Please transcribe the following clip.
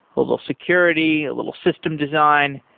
a little security, a little system design.